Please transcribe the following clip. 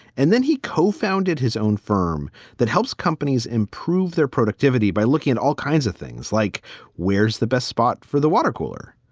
and then he co-founded his own firm that helps companies improve their productivity by looking at all kinds of things like where's the best spot for the watercooler?